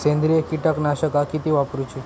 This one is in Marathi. सेंद्रिय कीटकनाशका किती वापरूची?